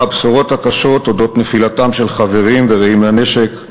הבשורות הקשות על נפילתם של חברים ורעים לנשק,